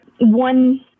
one